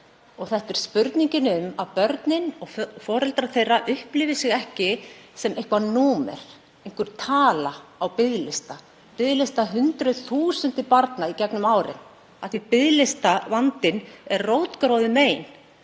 Þetta er spurningin um að börnin og foreldrar þeirra upplifi sig ekki sem eitthvert númer, einhverja tölu á biðlista, biðlista hundruð þúsunda barna í gegnum árin. Biðlistavandinn er rótgróið mein